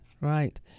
right